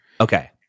Okay